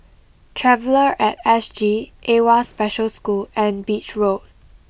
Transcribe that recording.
Traveller at S G Awwa Special School and Beach Road